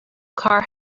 car